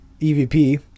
EVP